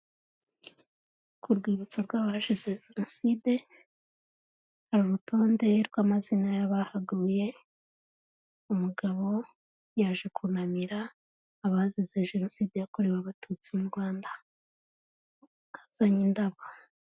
Ku rwibutso rw'abazize Genocide, hari urutonde rw'amazina y'abahaguye, umugabo yaje kunamira abazize Genocide yakorewe Abatutsi mu Rwanda azanye indabo.